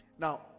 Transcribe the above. Now